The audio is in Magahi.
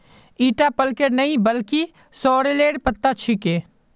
ईटा पलकेर नइ बल्कि सॉरेलेर पत्ता छिके